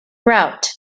route